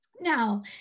Now